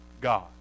God